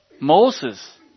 Moses